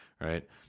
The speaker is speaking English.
right